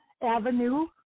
avenue